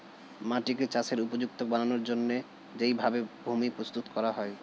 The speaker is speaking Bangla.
মাটিকে চাষের উপযুক্ত বানানোর জন্যে যেই ভাবে ভূমি প্রস্তুত করা হয়